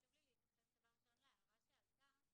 חשוב לי להתייחס להערה שעלתה.